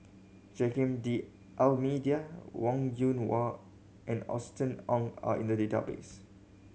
Joaquim D'Almeida Wong Yoon Wah and Austen Ong are in the database